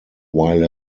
while